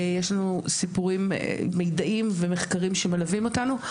יש לנו סיפורים, מיידעים ומחקרים שמלווים אותנו.